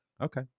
Okay